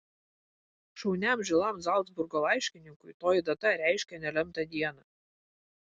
šauniam žilam zalcburgo laiškininkui toji data reiškė nelemtą dieną